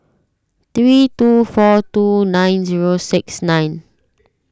three two four two nine zero six nine